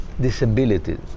disabilities